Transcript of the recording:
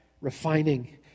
refining